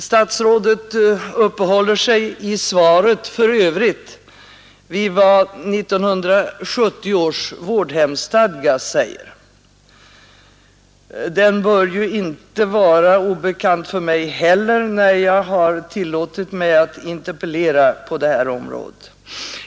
Statsrådet uppehåller sig i svaret för övrigt vid vad 1970 års vårdhemsstadga säger. Den bör ju inte vara obekant för mig heller när jag har tillåtit mig att interpellera på det här området.